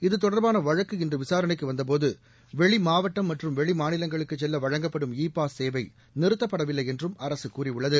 இது தொடர்பான வழக்கு இன்று விசாரணைக்கு வந்த போது வெளிமாவட்டம் மற்றும் வெளிமாநிலங்களுக்கு செல்ல வழங்கப்படும் இ பாஸ் சேவை நிறுத்தப்படவில்லை என்றும் அரசு கூறியுள்ளது